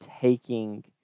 taking